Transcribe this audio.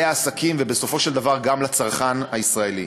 העסקים ובסופו של דבר גם לצרכן הישראלי.